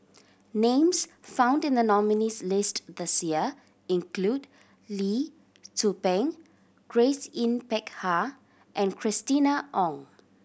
names found in the nominees' list this year include Lee Tzu Pheng Grace Yin Peck Ha and Christina Ong